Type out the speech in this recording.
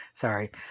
sorry